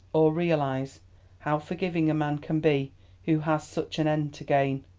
or realise how forgiving a man can be who has such an end to gain.